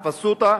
פסוטה,